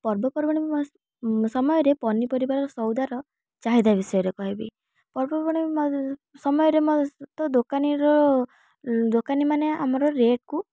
ପର୍ବପର୍ବାଣୀ ମସ ସମୟରେ ପନିପରିବାର ଆଉ ସଉଦାର ଚାହିଦା ବିଷୟରେ କହିବି ପର୍ବପର୍ବାଣୀ ସମୟରେ ମ ତ ଦୋକାନୀର ଦୋକାନୀମାନେ ଆମର ରେଟକୁ